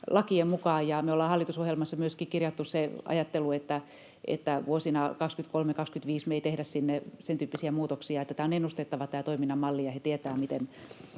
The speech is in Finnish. lakien mukaan. Me ollaan hallitusohjelmassa myöskin kirjattu se ajattelu, että vuosina 23—25 me ei tehdä sinne sentyyppisiä muutoksia, jotta tämä toiminnan malli on ennustettava